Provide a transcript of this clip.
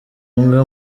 umwe